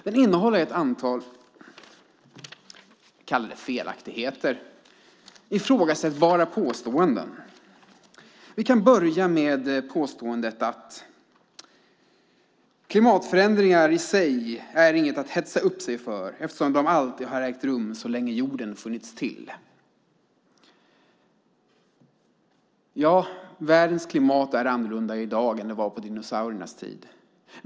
Den innehåller ett antal, vi kan kalla dem felaktigheter, ifrågasättbara påståenden. Vi kan börja med påståendet "är klimatförändringar i sig inget att hetsa upp sig för, eftersom de alltid har ägt rum så länge jorden funnits till". Ja, världens klimat är annorlunda i dag än på dinosauriernas tid.